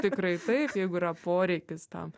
tikrai taip jeigu yra poreikis tam